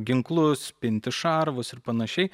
ginklus pinti šarvus ir panašiai